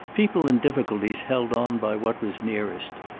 people in difficulties held on by what was nearest,